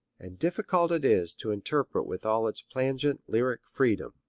and difficult it is to interpret with all its plangent lyric freedom.